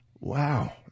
Wow